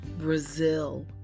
Brazil